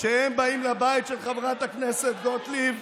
כשהם באים לבית של חברת הכנסת גוטליב,